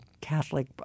Catholic